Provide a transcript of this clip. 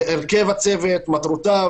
הרכב הצוות, מטרותיו